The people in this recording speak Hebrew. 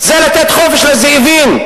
זה לתת חופש לזאבים.